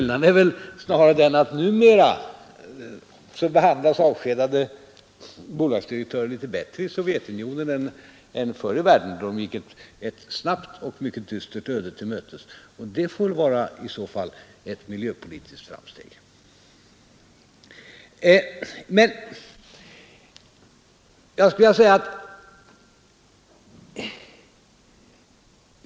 Numera behandlas emellertid avskedade bolags direktörer litet bättre i Sovjetunionen än förr i världen, då de gick ett snabbt och mycket dystert öde till mötes. Det får i så fall räknas som ett miljöpolitiskt framsteg.